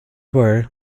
were